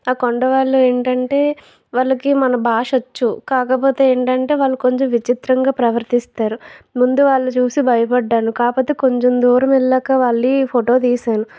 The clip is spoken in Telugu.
ఆ కొండవాళ్ళు ఏంటంటే వాళ్ళకి మన భాషొచ్చు కాకపోతే ఏంటంటే వాళ్ళు కొంచెం విచిత్రంగా ప్రవర్తిస్తారు ముందు వాళ్ళు చూసి భయపడ్డాను కాకపోతే కొంచెం దూరం వెళ్ళాక వారిని ఫోటో తీశాను